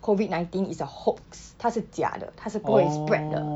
COVID nineteen is a hoax 它是假的它是不可以 spread 的